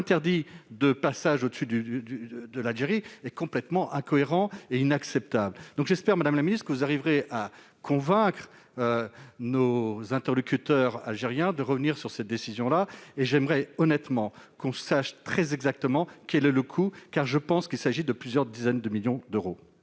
interdits de passage au-dessus de l'Algérie, est complètement incohérent et inacceptable. J'espère, madame la ministre, que vous arriverez à convaincre nos interlocuteurs algériens de revenir sur cette décision. J'aimerais honnêtement que l'on sache très exactement quel est son coût, car je pense que ce dernier s'élève à plusieurs millions d'euros,